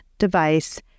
device